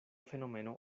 fenomeno